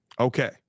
Okay